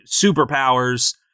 superpowers